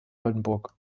oldenburg